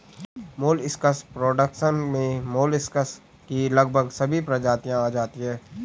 molluscs production में molluscs की लगभग सभी प्रजातियां आ जाती हैं